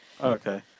Okay